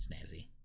snazzy